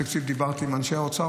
התקציב דיברתי עם אנשי האוצר.